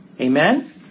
Amen